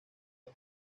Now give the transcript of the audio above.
han